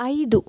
ಐದು